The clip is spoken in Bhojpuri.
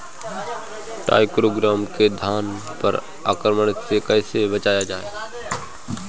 टाइक्रोग्रामा के धान पर आक्रमण से कैसे बचाया जाए?